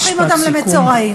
והופכים אותם למצורעים.